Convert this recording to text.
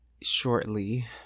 shortly